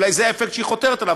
אולי זה האפקט שהיא חותרת אליו,